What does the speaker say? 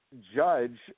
Judge